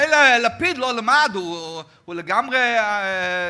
מילא לפיד, לא למד, הוא לגמרי כלום.